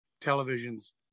Television's